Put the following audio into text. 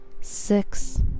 six